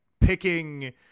picking